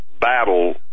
battle